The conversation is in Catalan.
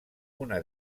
una